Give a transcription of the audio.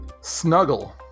Snuggle